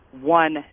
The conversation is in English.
one